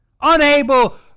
unable